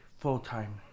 full-time